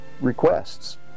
requests